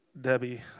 Debbie